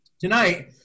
tonight